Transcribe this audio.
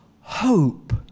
hope